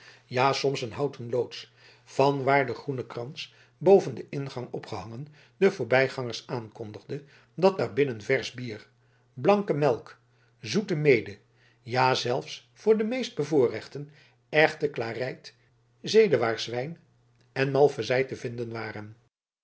ja soms een houten loods van waar de groene krans boven den ingang opgehangen den voorbijgangers aankondigde dat daarbinnen versch bier blanke melk zoete meede ja zelfs voor de meest bevoorrechten echte klareyt zedewaarswijn en malvezij te vinden waren